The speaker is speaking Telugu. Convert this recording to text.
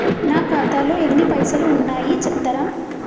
నా ఖాతాలో ఎన్ని పైసలు ఉన్నాయి చెప్తరా?